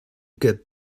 get